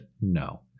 no